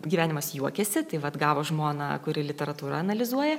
gyvenimas juokiasi tai vat gavo žmoną kuri literatūrą analizuoja